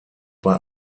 bei